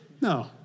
No